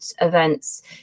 events